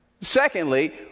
Secondly